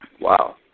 wow